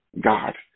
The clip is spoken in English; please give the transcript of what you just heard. God